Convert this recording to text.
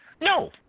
No